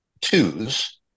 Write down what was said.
twos